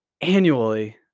annually